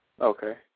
Okay